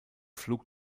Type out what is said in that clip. flug